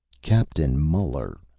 captain muller,